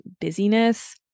busyness